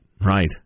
Right